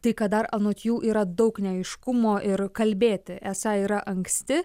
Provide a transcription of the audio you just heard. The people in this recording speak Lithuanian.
tai kad dar anot jų yra daug neaiškumo ir kalbėti esą yra anksti